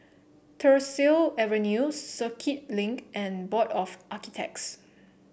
Tyersall Avenue Circuit Link and Board of Architects